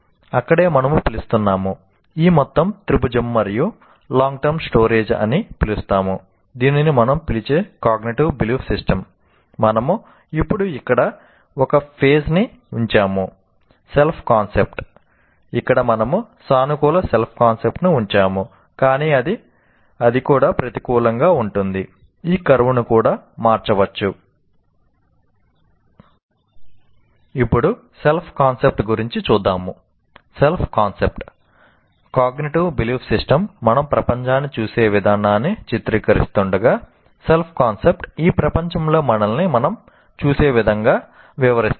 అక్కడే మనము పిలుస్తున్నాము ఈ మొత్తం త్రిభుజం మనం లాంగ్ టర్మ్ స్టోరేజ్ ను ఉంచాము కానీ అది కూడా ప్రతికూలంగా ఉంటుంది ఈ కర్వ్ ను కూడా మార్చవచ్చు